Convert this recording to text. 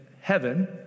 heaven